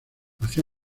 nació